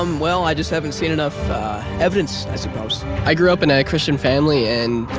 um well, i just haven't seen enough evidence i suppose. i grew up in a christian family and,